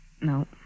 No